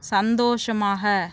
சந்தோஷமாக